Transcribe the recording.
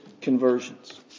Conversions